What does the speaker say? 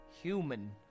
Human